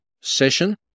session